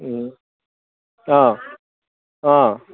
অঁ অঁ